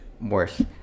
Worse